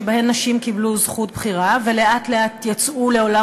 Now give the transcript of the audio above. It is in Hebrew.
נשים קיבלו זכות בחירה ולאט-לאט יצאו לעולם